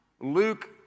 Luke